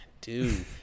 dude